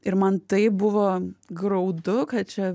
ir man taip buvo graudu kad čia